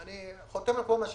אני חותם על כל מה שאמרת.